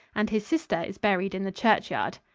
and his sister is buried in the churchyard.